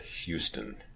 Houston